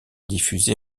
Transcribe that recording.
diffusés